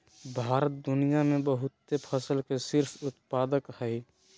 भारत दुनिया में बहुते फसल के शीर्ष उत्पादक हइ